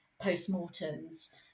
post-mortem's